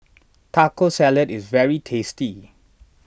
Taco Salad is very tasty